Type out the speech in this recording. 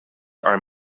are